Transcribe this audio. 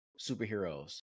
superheroes